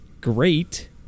great